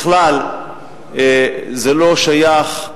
בכלל, זה לא שייך.